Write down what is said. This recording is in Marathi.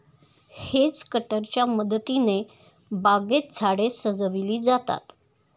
हेज कटरच्या मदतीने बागेत झाडे सजविली जातात